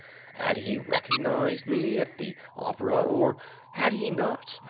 had he recognized me at the opera or had he not,